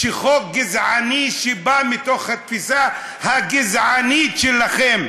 חוק גזעני שבא מתוך התפיסה הגזענית שלכם,